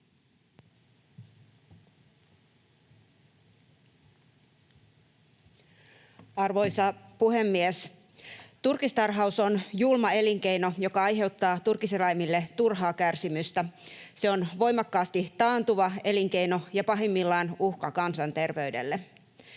Arvoisa puhemies! Turkistarhaus on julma elinkeino, joka aiheuttaa turkiseläimille turhaa kärsimystä. Se on voimakkaasti taantuva elinkeino ja pahimmillaan uhka kansanterveydelle.